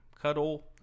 Cuddle